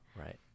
Right